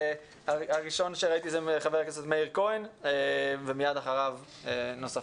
הראשון הוא חבר הכנסת מאיר כהן ומיד אחריו נוספים.